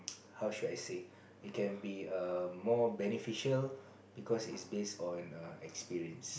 how should I say it can be err more beneficial because is base on experience